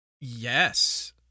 Yes